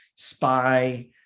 Spy